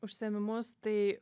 užsiėmimus tai